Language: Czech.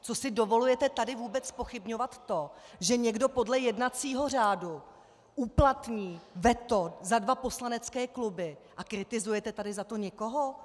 Co si dovolujete tady vůbec zpochybňovat to, že někdo podle jednacího řádu uplatní veto za dva poslanecké kluby, a kritizujete tady za to někoho?